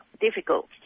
Difficult